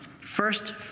First